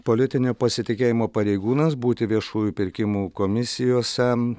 politinio pasitikėjimo pareigūnams būti viešųjų pirkimų komisijose